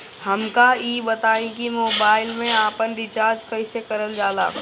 हमका ई बताई कि मोबाईल में आपन रिचार्ज कईसे करल जाला?